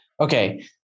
Okay